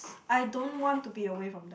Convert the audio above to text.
I don't want to be away from them